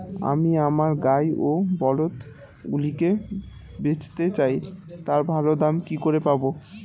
আমি আমার গাই ও বলদগুলিকে বেঁচতে চাই, তার ভালো দাম কি করে পাবো?